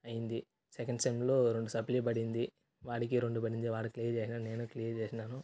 అయ్యింది సెకండ్ సెమ్లో రెండు సప్లీ బడింది వాడికి రెండు బడింది వాడు క్లియర్ చేసినాడు నేను క్లియర్ చేసినాను